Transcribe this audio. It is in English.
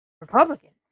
Republicans